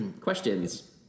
Questions